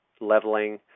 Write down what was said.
leveling